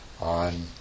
on